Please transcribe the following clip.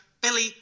Billy